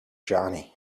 johnny